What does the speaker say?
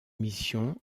mission